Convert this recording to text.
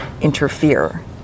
interfere